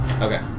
Okay